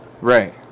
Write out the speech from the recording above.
Right